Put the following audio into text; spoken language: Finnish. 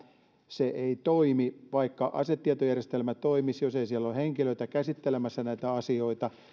se ei toimi vaikka asetietojärjestelmä toimisi jos siellä ei ole henkilöitä käsittelemässä näitä asioita